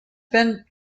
been